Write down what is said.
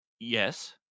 Yes